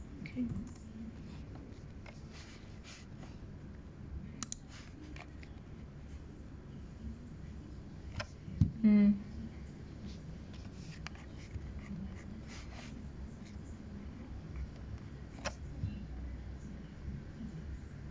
okay mm